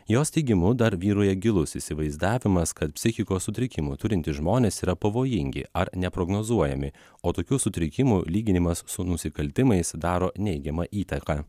jos teigimu dar vyrauja gilus įsivaizdavimas kad psichikos sutrikimų turintys žmonės yra pavojingi ar neprognozuojami o tokių sutrikimų lyginimas su nusikaltimais daro neigiamą įtaką